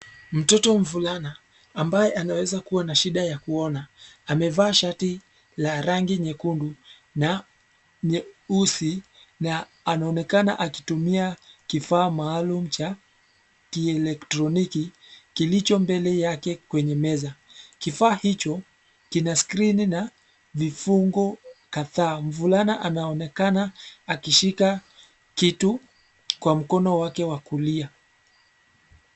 Mtoto mvulana, ambaye anaweza kuwa na shida ya kuona amevaa shati la rangi nyekundu na nyeusi na anaonekana akitumia kifaa maalum cha kielektroniki kilicho mbele yake kwenye meza. Kifaa hicho kina skrini na vifungo kadhaa. Mvulana anaonekana akishika kitu kwa mkono wake wa kulia.